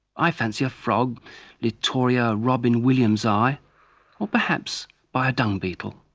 i fancy a frog lioria robynwilliamsi, or perhaps by a dung beetle.